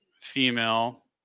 female